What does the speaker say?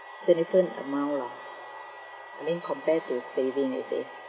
significant amount lah I mean compared to saving you see